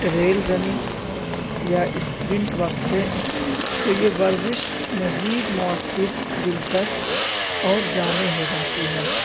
trail running یا sprint وقفے تو یہ ورزش مزید مؤثر دلچسپ اور جامع ہو جاتی ہے